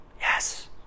Yes